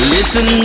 Listen